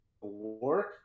work